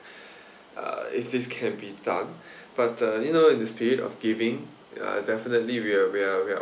uh if this can be done but uh you know in the spirit of giving uh definitely we are we are we are